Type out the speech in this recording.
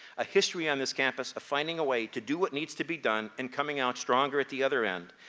a history on this campus of finding a way to do what needs to be done and coming out stronger at the other end.